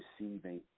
receiving